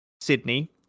Sydney